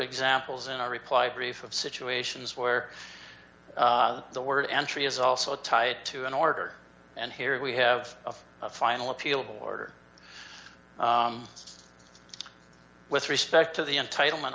examples in our reply brief of situations where the word entry is also tied to an order and here we have a final appeal border with respect to the entitlement